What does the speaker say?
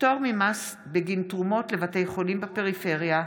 פטור ממס בגין תרומות לבתי חולים בפריפריה),